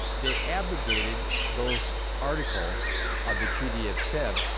they abrogated those articles of the treaty of sevres,